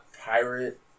pirate